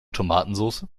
tomatensoße